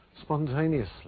spontaneously